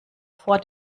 vor